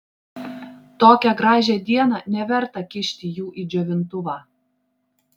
tokią gražią dieną neverta kišti jų į džiovintuvą